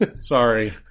Sorry